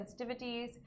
sensitivities